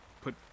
put